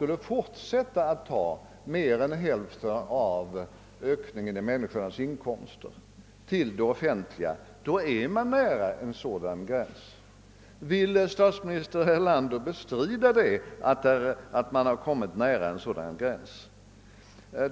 länge fortsätter att dra in mer än hälften av ökningen av människornas inkomster till den offentliga sektorn? Vill statsminister Erlander bestrida att man då kommit nära en sådan gräns?